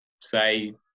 say